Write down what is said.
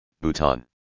Bhutan